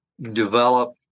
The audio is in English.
develop